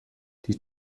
die